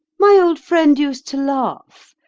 my old friend used to laugh,